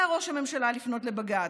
יודע ראש הממשלה לפנות לבג"ץ.